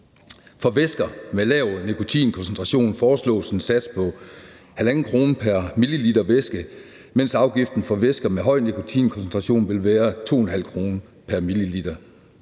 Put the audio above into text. For væsker med lav nikotinkoncentration foreslås en sats på 1,50 kr. pr. milliliter væske, mens afgiften for væsker med høj nikotinkoncentration vil være 2,50 kr. pr. milliliter.